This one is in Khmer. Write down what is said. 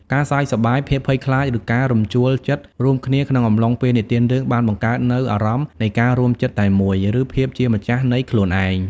ការសើចសប្បាយ ភាពភ័យខ្លាច ឬការរំជួលចិត្តរួមគ្នាក្នុងអំឡុងពេលនិទានរឿងបានបង្កើតនូវអារម្មណ៍នៃការរួមចិត្តតែមួយ និងភាពជាម្ចាស់នៃខ្លួនឯង។